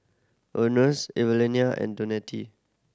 Earnest Evelina and